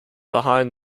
behind